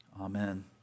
Amen